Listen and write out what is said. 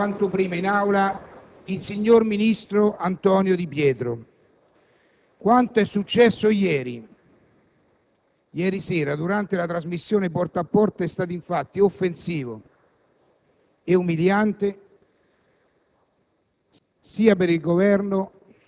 intervengo per chiedere di avere quanto prima in Aula il signor ministro Antonio Di Pietro: quanto è successo ieri sera durante la trasmissione «Porta a Porta» è stato infatti offensivo e umiliante